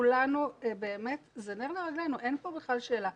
זה נר לרגלנו, באמת, אין פה בכלל שאלה.